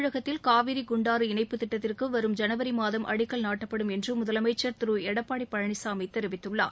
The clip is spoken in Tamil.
தமிழகத்தில் காவிரி குண்டாறு இணைப்புத் திட்டத்திற்கு வரும் ஜனவரி மாதத்தில் அடிக்கல் நாட்டப்படும் என்று முதலமைச்சர் திரு எடப்பாடி பழனிசாமி தெரிவித்துள்ளார்